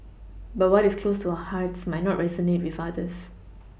but what is close to our hearts might not resonate with others